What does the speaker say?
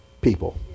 people